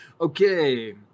okay